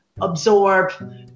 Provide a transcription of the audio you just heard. absorb